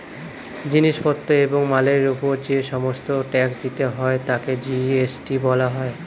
জিনিস পত্র এবং মালের উপর যে সমস্ত ট্যাক্স দিতে হয় তাকে জি.এস.টি বলা হয়